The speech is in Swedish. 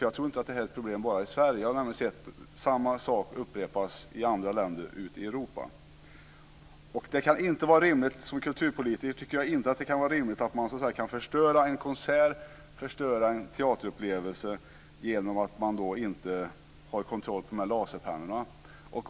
Jag tror inte att det här är ett problem bara i Sverige. Jag har nämligen sett samma sak upprepas i andra länder ute i Europa. Som kulturpolitiker tycker jag inte att det är rimligt att det går att förstöra en konsert, förstöra en teaterupplevelse, på grund av att man inte har kontroll på de här laserpennorna.